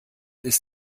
ist